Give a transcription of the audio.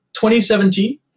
2017